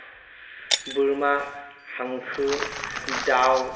बोरमा हांसो दाउ